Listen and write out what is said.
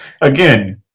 Again